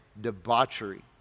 debauchery